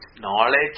knowledge